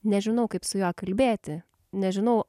nežinau kaip su juo kalbėti nežinau